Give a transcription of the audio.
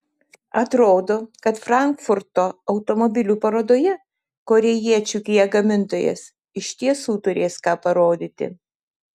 atrodo kad frankfurto automobilių parodoje korėjiečių kia gamintojas iš tiesų turės ką parodyti